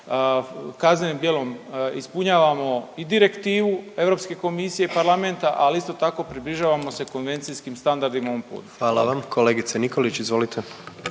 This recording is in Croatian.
kaznenim dijelom ispunjavamo i direktivu Europske komisije i parlamenta, ali isto tako približavamo se konvencijskim standardima u ovom području. **Jandroković, Gordan